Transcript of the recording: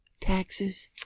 Taxes